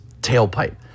tailpipe